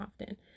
often